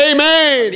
Amen